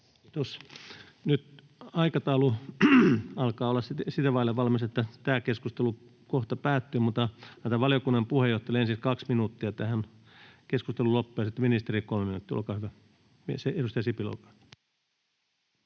Kiitos. — Nyt aikataulu alkaa olla sitä vaille valmis, että tämä keskustelu kohta päättyy, mutta annan valiokunnan puheenjohtajalle ensin kaksi minuuttia tähän keskustelun loppuun ja sitten ministerille kolme minuuttia. — Edustaja Sipilä, olkaa hyvä.